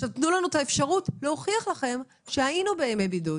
עכשיו תנו לנו את האפשרות להוכיח לכם שהיינו בימי בידוד.